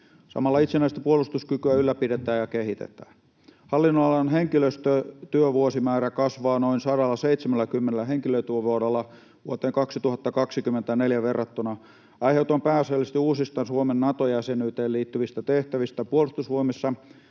Samalla itsenäistä puolustuskykyä ylläpidetään ja kehitetään. Hallinnonalan henkilöstötyövuosimäärä kasvaa noin 170 henkilötyövuodella vuoteen 2024 verrattuna aiheutuen pääasiallisesti uusista, Suomen Nato-jäsenyyteen liittyvistä tehtävistä Puolustusvoimissa